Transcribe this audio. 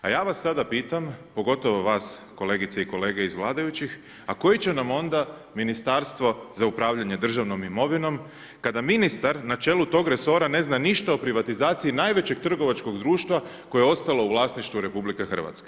A ja vas sada pitam, pogotovo vas kolegice i kolege iz vladajućih, a koji će nam onda Ministarstvo za upravljanje državnom imovinom, kada ministar na čelu tog resora ne zna ništa o privatizaciji najvećeg trgovačkog društva koje je ostalo u vlasništvu RH.